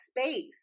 space